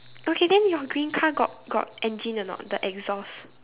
okay then your green car got got engine or not the exhaust